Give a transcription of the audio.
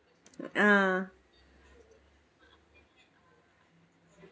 ah